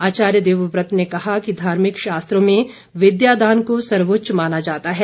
आचार्य देवव्रत ने कहा कि धार्मिक शास्त्रों में विद्यादान को सर्वोच्च माना जाता है